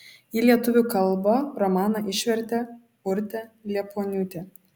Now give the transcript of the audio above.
į lietuvių kalbą romaną išvertė urtė liepuoniūtė